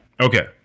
Okay